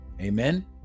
Amen